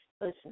listen